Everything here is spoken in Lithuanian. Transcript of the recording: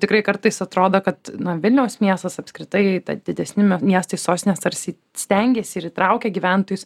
tikrai kartais atrodo kad na vilniaus miestas apskritai ta didesni miestai sostinės tarsi stengiasi ir įtraukia gyventojus